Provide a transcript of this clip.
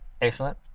Excellent